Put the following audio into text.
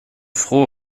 frohe